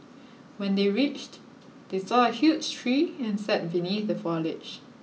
when they reached they saw a huge tree and sat beneath the foliage